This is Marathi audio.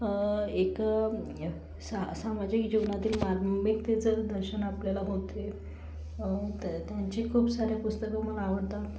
एक सा सामाजिक जीवनातील मार्मिकतेचं दर्शन आपल्याला होते त्यांची खूप सारे पुस्तकं मला आवडतात